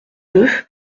deux